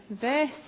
verse